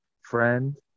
friend